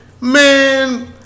Man